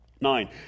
Nine